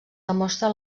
demostra